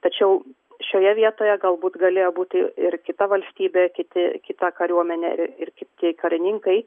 tačiau šioje vietoje galbūt galėjo būti ir kita valstybė kiti kita kariuomenė kiti karininkai